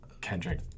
Kendrick